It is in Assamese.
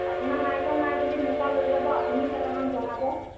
আপোনাৰ নাৰিকল নাই যদি মোৰ পৰা লৈ যাব আপুনিও কেইটামান বনাব